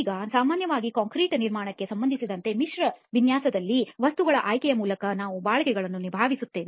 ಈಗ ಸಾಮಾನ್ಯವಾಗಿ ಕಾಂಕ್ರೀಟ್ ನಿರ್ಮಾಣಕ್ಕೆ ಸಂಬಂಧಿಸಿದಂತೆ ಮಿಶ್ರ ವಿನ್ಯಾಸದಲ್ಲಿ ವಸ್ತುಗಳ ಆಯ್ಕೆಯ ಮೂಲಕ ನಾವು ಬಾಳಿಕೆಗಳನ್ನು ನಿಭಾಯಿಸುತ್ತೇವೆ